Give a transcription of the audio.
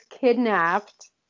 kidnapped